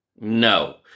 no